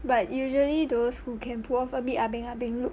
but usually those who can pull off a bit ah beng ah beng look